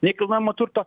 nekilnojamo turto